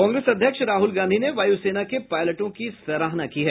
कांग्रेस अध्यक्ष राहल गांधी ने वायुसेना के पायलटों की सराहना की है